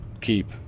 keep